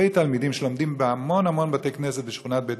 אלפי תלמידים שלומדים בהמון המון בתי-כנסת בשכונת בית-ישראל,